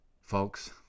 folks